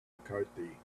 mccartney